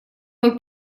мой